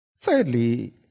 Thirdly